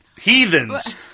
heathens